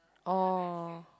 oh